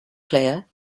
player